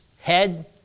head